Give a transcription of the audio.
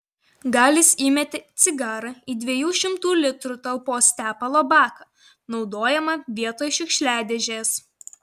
galis įmetė cigarą į dviejų šimtų litrų talpos tepalo baką naudojamą vietoj šiukšliadėžės